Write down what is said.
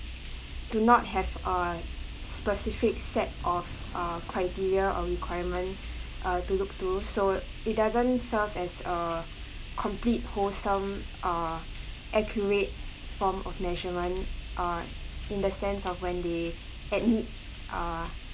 do not have uh specific set of uh criteria or requirement uh to look to so it doesn't serve as a complete wholesome uh accurate form of measurement uh in the sense of when they admit uh